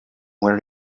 where